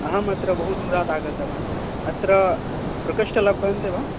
अहमत्र बहुदूरात् आगतवान् अत्र प्रकोष्ठाः लभ्यन्ते वा